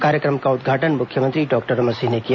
कार्यक्रम का उद्घाटन मुख्यमंत्री डॉक्टर रमन सिंह ने किया